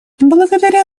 благодаря